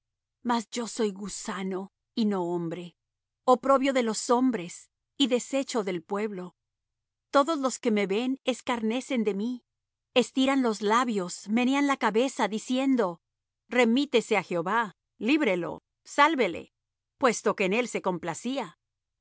mas yo soy gusano y no hombre oprobio de los hombres y desecho del pueblo todos los que me ven escarnecen de mí estiran los labios menean la cabeza diciendo remítese á jehová líbrelo sálvele puesto que en él se complacía